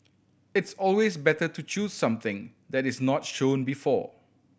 it's always better to choose something that is not shown before